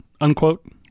unquote